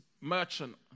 merchant